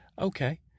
Okay